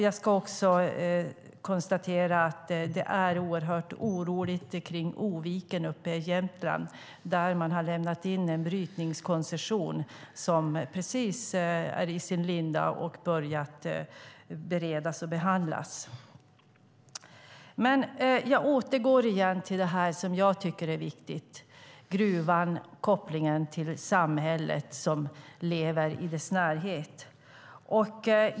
Jag konstaterar också att det är oerhört oroligt kring Oviken uppe i Jämtland, där man har lämnat in en brytningskoncession som är i sin linda och precis har börjat beredas och behandlas. Jag återgår till det som jag tycker är viktigt - gruvan och kopplingen till samhället som lever i dess närhet.